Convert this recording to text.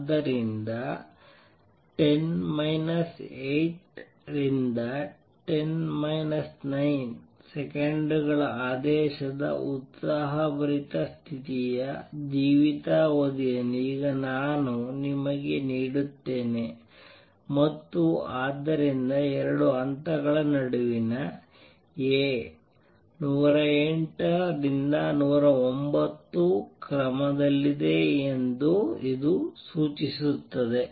ಆದ್ದರಿಂದ 10 8 ರಿಂದ 10 9 ಸೆಕೆಂಡುಗಳ ಆದೇಶದ ಉತ್ಸಾಹಭರಿತ ಸ್ಥಿತಿಯ ಜೀವಿತಾವಧಿಯನ್ನು ಈಗ ನಾನು ನಿಮಗೆ ನೀಡುತ್ತೇನೆ ಮತ್ತು ಆದ್ದರಿಂದ 2 ಹಂತಗಳ ನಡುವಿನ A 108 ರಿಂದ 109 ರ ಕ್ರಮದಲ್ಲಿದೆ ಎಂದು ಇದು ಸೂಚಿಸುತ್ತದೆ